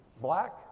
black